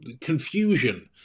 confusion